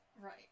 Right